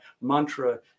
Mantra